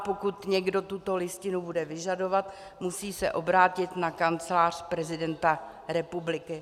Pokud někdo tuto listinu bude vyžadovat, musí se obrátit na Kancelář prezidenta republiky.